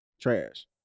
trash